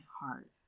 heart